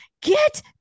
get